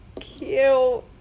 cute